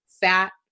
fat